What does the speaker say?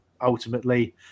ultimately